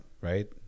right